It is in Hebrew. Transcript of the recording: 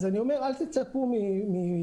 אז אני אומר: אל תצפו מהקבלנים,